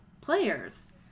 players